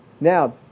Now